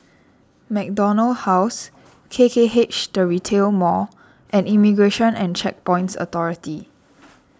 MacDonald House K K H the Retail Mall and Immigration and Checkpoints Authority